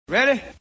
Ready